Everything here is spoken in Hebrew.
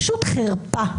פשוט חרפה.